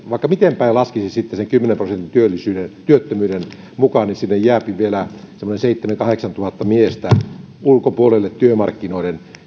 vaikka miten päin laskisi sitten sen kymmenen prosentin työttömyyden mukaan niin sinne jää vielä semmoinen seitsemäntuhatta viiva kahdeksantuhatta miestä työmarkkinoiden